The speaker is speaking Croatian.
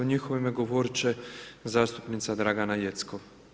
U njihovo ime govorit će zastupnica Dragana Jeckov.